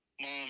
mom